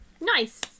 Nice